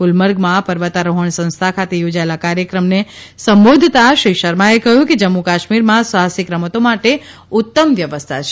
ગુલમર્ગમાં પર્વતારોહણ સંસ્થા ખાતે થોજાયેલા કાર્યક્રમને સંબોધતાં શ્રી શર્માએ કહ્યું કે જમ્મુ કાશ્મીરમાં સાહસિક રમતો માટે ઉત્તમ વ્યવસ્થા છે